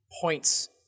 points